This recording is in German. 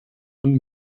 und